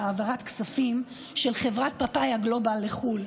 העברת כספים של חברת פפאיה גלובל לחו"ל.